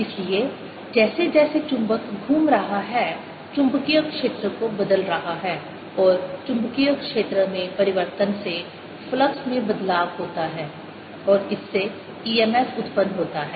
इसलिए जैसे जैसे चुंबक घूम रहा है चुंबकीय क्षेत्र को बदल रहा है और चुंबकीय क्षेत्र में परिवर्तन से फ्लक्स में बदलाव होता है और इससे e m f उत्पन्न होता है